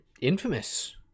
Infamous